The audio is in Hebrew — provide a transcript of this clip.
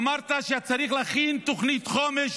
אמרת שצריך להכין תוכנית חומש